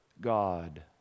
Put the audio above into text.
God